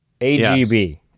AGB